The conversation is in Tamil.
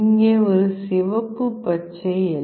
இங்கே ஒரு சிவப்பு பச்சை எல்